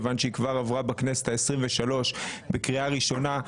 כיוון שהיא כבר עברה בכנסת ה-23 בקריאה ראשונה,